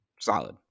Solid